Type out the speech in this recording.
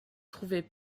trouvait